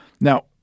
Now